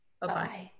Bye-bye